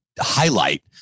highlight